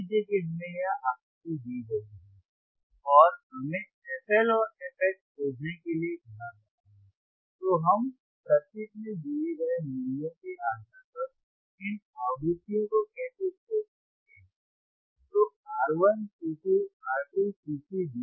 मान लीजिए कि हमें यह आकृति दी गई है और हमें fL और fH खोजने के लिए कहा गया है तो हम सर्किट में दिए गए मूल्यों के आधार पर इन आवृत्तियों को कैसे खोज सकते हैं